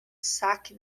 saque